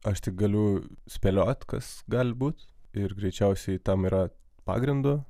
aš tik galiu spėliot kas galbūt ir greičiausiai tam yra pagrindo